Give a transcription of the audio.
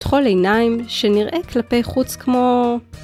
תכול עיניים שנראה כלפי חוץ כמו...